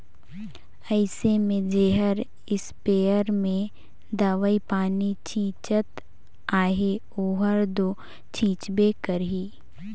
अइसे में जेहर इस्पेयर में दवई पानी छींचत अहे ओहर दो छींचबे करही